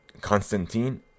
Constantine